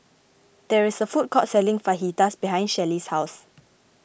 there is a food court selling Fajitas behind Shelly's house